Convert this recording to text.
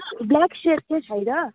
black सेक चाहिँ छैन